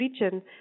region